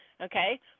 okay